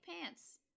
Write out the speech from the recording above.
pants